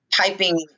typing